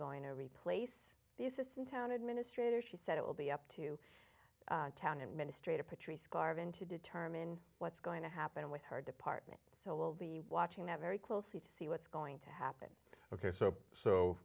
going to replace the assistant town administrator she said it will be up to town and ministry to patrice garvin to determine what's going to happen with her department so we'll be watching that very closely to see what's going to happen